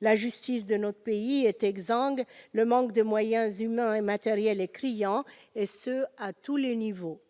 La justice de notre pays est exsangue, le manque de moyens humains et matériels est criant, et ce à tous les niveaux.